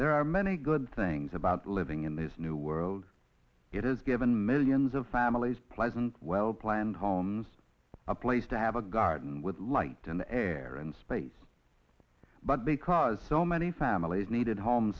there are many good things about living in this new world it has given millions of families pleasant well planned homes a place to have a garden with light and air and space but because so many families needed home